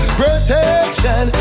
protection